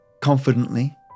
confidently